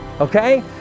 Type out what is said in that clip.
okay